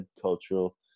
cultural